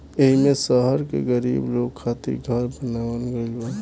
एईमे शहर के गरीब लोग खातिर घर बनावल गइल बा